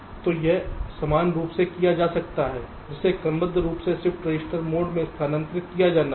तो यह समान रूप से किया जा सकता है जिसे क्रमबद्ध रूप से शिफ्ट रजिस्टर मोड में स्थानांतरित किया जाना है